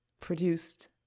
produced